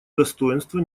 достоинства